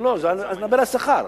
לא, אני מדבר על שכר.